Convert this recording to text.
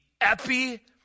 epi